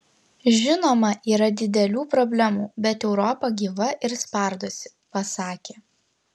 žinoma yra didelių problemų bet europa gyva ir spardosi pasakė